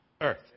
earth